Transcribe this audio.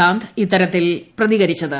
കാന്ത് ഇത്തരത്തിൽ പ്രതികരിച്ചത്